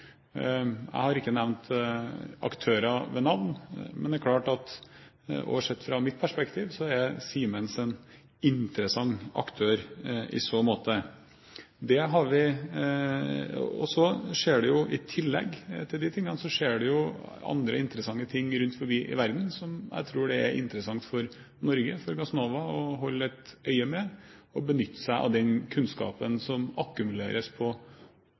Jeg har ikke nevnt aktører ved navn, men det er klart, sett fra mitt perspektiv, at Siemens er en interessant aktør i så måte. I tillegg til det skjer det jo andre interessante ting rundt omkring i verden som jeg tror det er interessant for Norge, for Gassnova, å holde et øye med, for å benytte seg av den kunnskapen som akkumuleres på